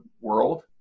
world